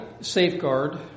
Safeguard